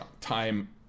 time